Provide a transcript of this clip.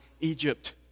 Egypt